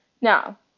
Now